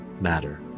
matter